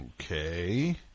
Okay